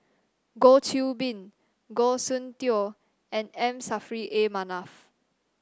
Goh Qiu Bin Goh Soon Tioe and M Saffri A Manaf